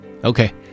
Okay